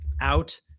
out